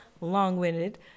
long-winded